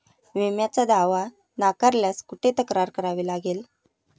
विम्याचा दावा नाकारल्यास कुठे तक्रार करावी लागेल?